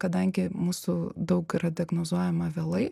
kadangi mūsų daug yra diagnozuojama vėlai